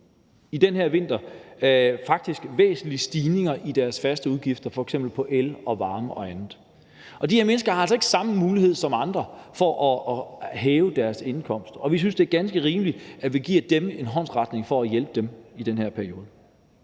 i den her vinter faktisk væsentlige stigninger i deres faste udgifter på f.eks. el, varme og andet, og de her mennesker har altså ikke samme muligheder som andre for at hæve deres indkomst, og vi synes, det er ganske rimeligt, at vi giver dem en håndsrækning for at hjælpe dem i den her periode.